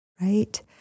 right